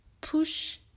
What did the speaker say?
push